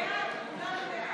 כולנו בעד.